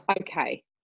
okay